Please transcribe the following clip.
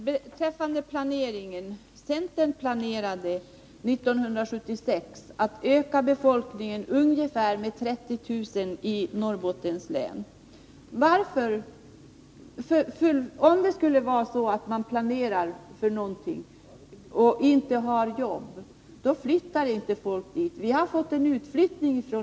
Herr talman! År 1976 planerade centern att befolkningen i Norrbottens län skulle ökas med ungefär 30 000 personer. Men folk flyttar inte dit om det inte finns jobb. Det är viktigt att ha detta klart för sig.